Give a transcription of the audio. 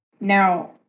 Now